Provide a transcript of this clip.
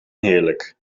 heerlijk